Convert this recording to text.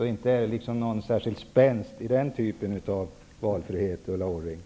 Inte är det någon särskild spänst i den typen av valfrihet, Ulla Orring!